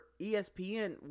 ESPN